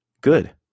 Good